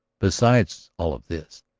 besides all of this,